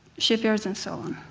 shipyards and so on.